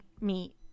meet